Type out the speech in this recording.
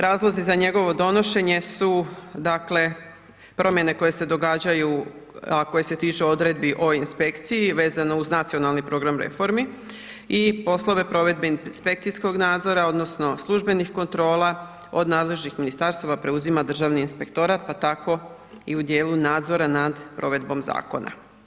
Razlozi za njegovo donošenje su dakle promjene koje se događaju a koje se tiču odredbi o inspekciji vezano uz Nacionalni program reformi i poslove provedbe inspekcijskog nadzora odnosno službenih kontrola od nadležnih ministarstava preuzima Državni inspektorat pa tako i u dijelu nadzora nad provedbom zakona.